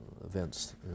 events